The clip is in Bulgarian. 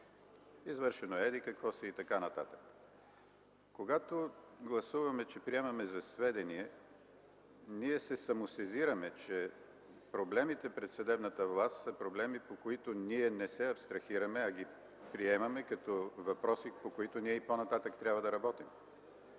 Извършено е еди-какво си и така нататък. Когато гласуваме, че приемаме за сведение, ние се самосезираме, че проблемите пред съдебната власт са проблеми, по които ние не се абстрахираме, а ги приемаме като въпроси, по които ние и по-нататък трябва да работим.